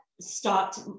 stopped